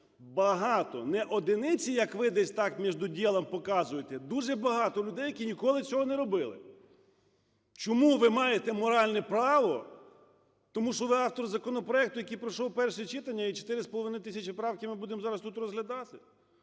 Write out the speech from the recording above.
багато, не одиниці, як ви десь так, между делом, показуєте, дуже багато людей, які ніколи цього не робили. Чому ви маєте моральне право? Тому що ви автор законопроекту, який пройшов перше читання, і чотири з половиною тисячі правок ми будемо зараз тут розглядати?